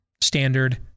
standard